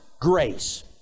grace